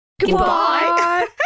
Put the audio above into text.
Goodbye